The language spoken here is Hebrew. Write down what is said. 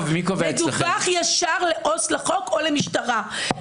מדווח ישר לעו"ס לחוק או למשטרה.